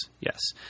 yes